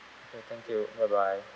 okay thank you bye bye